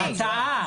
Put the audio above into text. כן.